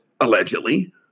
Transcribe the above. allegedly